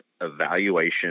Evaluation